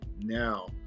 now